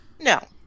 No